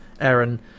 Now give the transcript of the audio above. Aaron